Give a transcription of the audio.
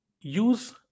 use